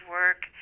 work